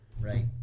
right